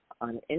on